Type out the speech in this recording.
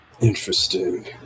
Interesting